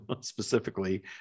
specifically